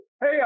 Hey